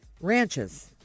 ranches